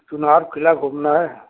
चुनार क़िला घूमना है